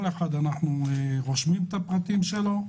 אנחנו רושמים את הפרטים של כל הבאים,